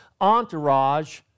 entourage